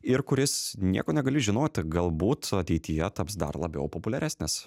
ir kuris nieko negali žinoti galbūt ateityje taps dar labiau populiaresnis